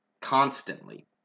Constantly